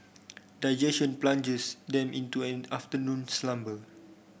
digestion plunges them into an afternoon slumber